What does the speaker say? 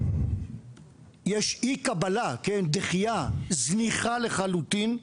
יש אי קבלה, דחייה, זניחה לחלוטין,